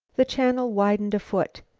the channel widened a foot,